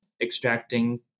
extracting